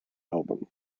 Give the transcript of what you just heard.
album